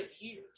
years